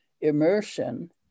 immersion